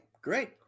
great